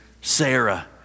Sarah